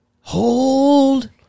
hold